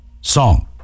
Song